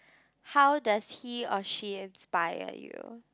how does he or she inspire you